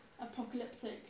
apocalyptic